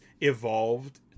evolved